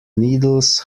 needles